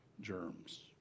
germs